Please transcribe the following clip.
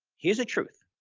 here's the truth